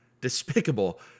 despicable